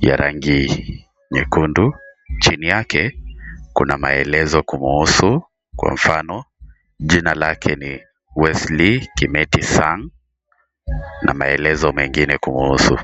ya rangi nyekundu. Chini yake kuna maelezo kumhusu kwa mfano jina lake ni Wesley Kimeli Sang na maelezo mengine kumhusu.